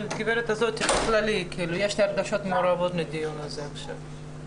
באופן כללי יש לי רגשות מעורבים מהדיון הזה עכשיו.